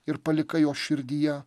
ir palikai jo širdyje